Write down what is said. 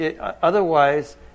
Otherwise